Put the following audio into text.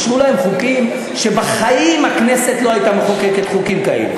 חוקים שבחיים הכנסת לא הייתה מחוקקת חוקים כאלה.